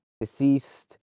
deceased